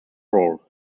roll